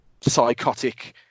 psychotic